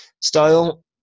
style